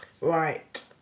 Right